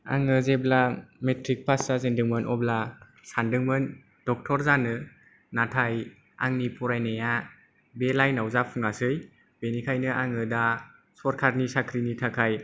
आङो जेब्ला matric pass जाजेदोंमोन अब्ला सानदोंमोन डक्टर जानो नाथाय आंनि फरायनाया बे लाइनाव जाफुङासै बेनिखायनो आङो दा सरखारनि साख्रिनि थाखाय